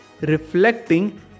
reflecting